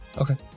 Okay